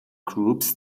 groups